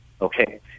Okay